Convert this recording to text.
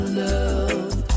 love